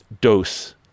dose